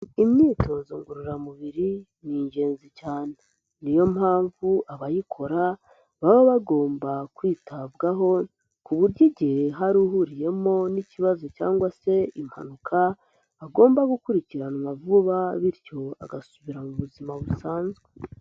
Imyitozo ngororamubiri ni ingenzi cyane, ni yo mpamvu abayikora, baba bagomba kwitabwaho, ku buryo igihe hari uhuriyemo n'ikibazo cyangwa se impanuka, agomba gukurikiranwa vuba bityo agasubira mu buzima busanzwe.